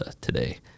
today